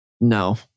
No